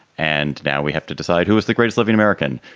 and now we have to decide who is the greatest living american.